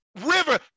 river